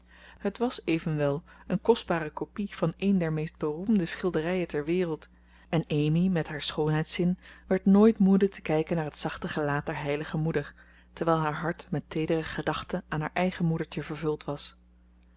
het was evenwel een kostbare copie van een der meest beroemde schilderijen ter wereld en amy met haar schoonheidszin werd nooit moede te kijken naar het zachte gelaat der heilige moeder terwijl haar hart met teedere gedachten aan haar eigen moedertje vervuld was